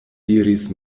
diris